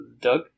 Doug